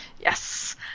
Yes